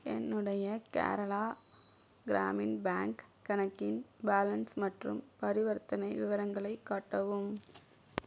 என்னுடைய கேரளா கிராமின் பேங்க் கணக்கின் பேலன்ஸ் மற்றும் பரிவர்த்தனை விவரங்களை காட்டவும்